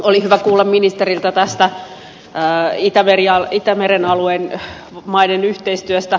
oli hyvä kuulla ministeriltä tästä itämeren alueen maiden yhteistyöstä